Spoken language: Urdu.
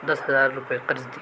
دس ہزار روپیے قرض دیے